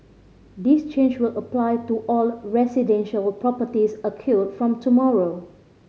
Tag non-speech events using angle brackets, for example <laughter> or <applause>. this change will apply to all residential properties <unintelligible> from tomorrow